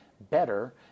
better